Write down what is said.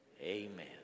Amen